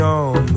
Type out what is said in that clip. on